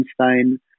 Einstein